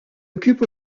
occupe